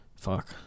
Fuck